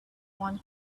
one